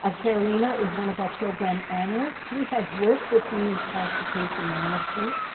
ah carolina is one of our program analysts. she has worked with me in classification management.